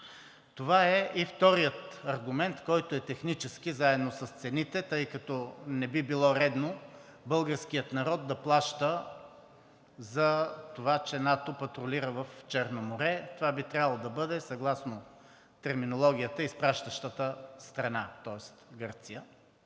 Това е и вторият аргумент, който е технически заедно с цените, тъй като не би било редно българският народ да плаща за това, че НАТО патрулира в Черно море. Това би трябвало да бъде съгласно терминологията „изпращащата страна“, тоест Гърция.